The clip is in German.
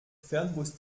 fernbus